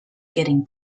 getting